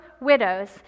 widows